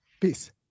Peace